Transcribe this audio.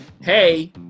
hey